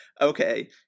okay